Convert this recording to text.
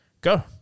go